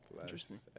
Interesting